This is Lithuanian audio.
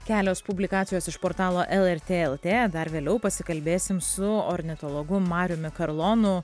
kelios publikacijos iš portalo lrt lt dar vėliau pasikalbėsim su ornitologu mariumi karlonu